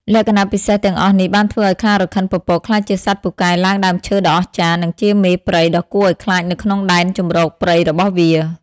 លក្ខណៈពិសេសទាំងអស់នេះបានធ្វើឲ្យខ្លារខិនពពកក្លាយជាសត្វពូកែឡើងដើមឈើដ៏អស្ចារ្យ និងជាមេព្រៃដ៏គួរឲ្យខ្លាចនៅក្នុងដែនជម្រកព្រៃរបស់វា។